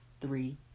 three